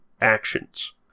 actions